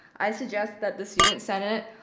i suggest that the student senate